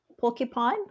porcupine